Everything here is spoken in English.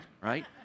right